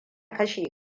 kashe